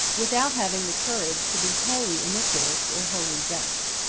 without having the courage to be wholly iniquitous, or wholly just.